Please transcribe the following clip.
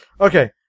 Okay